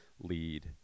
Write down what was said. lead